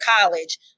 college